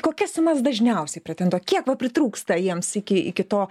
kokias sumas dažniausiai pretenduo kiek va pritrūksta jiems iki iki to